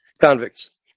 convicts